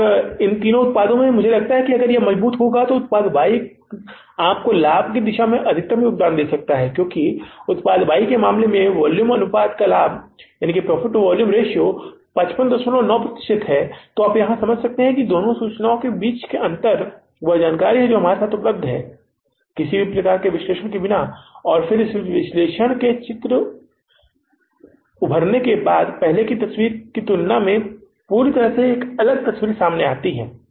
और इन तीन उत्पादों में से मुझे लगता है कि अगर यह मजबूत होता है तो उत्पाद वाई आपको लाभ की दिशा में अधिकतम योगदान दे सकता है क्योंकि उत्पाद वाई के मामले में वोल्यूम अनुपात का लाभ 559 प्रतिशत है तो आप यहां समझ सकते हैं दो सूचनाओं के बीच अंतर वह जानकारी जो हमारे साथ उपलब्ध किसी भी प्रकार के विश्लेषण के बिना है और फिर इस विश्लेषण चित्र के उभरने के बाद पहले की तस्वीर की तुलना में पूरी तरह से एक अलग तस्वीर है